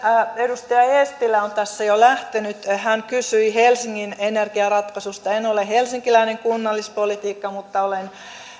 edustaja eestilä on jo lähtenyt hän kysyi helsingin energiaratkaisusta en ole helsinkiläinen kunnallispoliitikko mutta olen